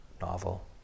novel